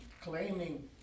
claiming